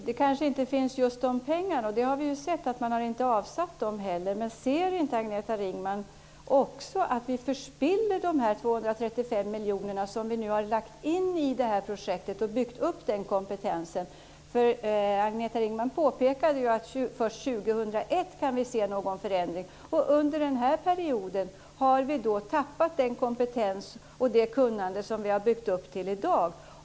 Fru talman! Just de pengarna finns kanske inte. Vi har sett att man inte har avsatt några pengar. Men ser inte Agneta Ringman också att vi förspiller de 235 miljoner som vi har lagt in i projektet när vi har byggt upp kompetensen? Agneta Ringman påpekade att vi först 2001 kan se någon förändring. Under denna period har vi tappat den kompetens och det kunnande som vi har byggt upp fram till i dag.